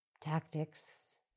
tactics